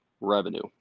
revenue